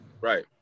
Right